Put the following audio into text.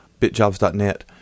bitjobs.net